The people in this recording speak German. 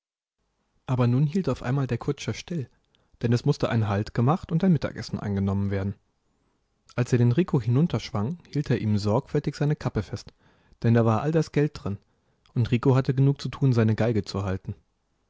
aber nun hielt auf einmal der kutscher still denn es mußte ein halt gemacht und ein mittagessen eingenommen werden als er den rico hinunterschwang hielt er ihm sorgfältig seine kappe fest denn da war all das geld drin und rico hatte genug zu tun seine geige zu halten